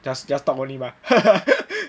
just just talk only mah